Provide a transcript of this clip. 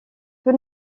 peu